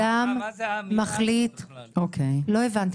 באמת.